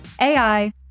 AI